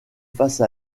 face